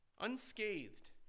unscathed